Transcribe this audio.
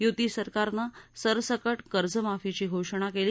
युती सरकारनं सरसकट कर्जमाफीची घोषणा केली